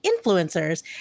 influencers